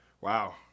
wow